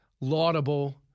laudable